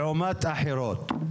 לעומת אחרות.